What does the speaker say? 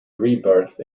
rebirth